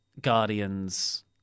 Guardians